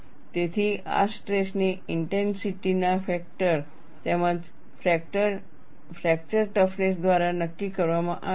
તેથી આ સ્ટ્રેસની ઇન્ટેન્સિટી ના ફેક્ટર તેમજ ફ્રેક્ચર ટફનેસ દ્વારા નક્કી કરવામાં આવે છે